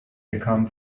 become